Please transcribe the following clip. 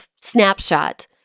snapshot